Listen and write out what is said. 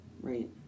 Right